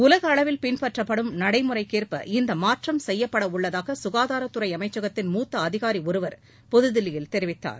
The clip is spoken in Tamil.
உலக அளவில் பின்பற்றப்படும் நடைமுறைக்கேற்ப இந்த மாற்றம் செய்யப்படவுள்ளதாக சுகாதாரத்துறை அமைச்சகத்தின் மூத்த அதிகாரி ஒருவர் புதுதில்லியில் தெரிவித்தார்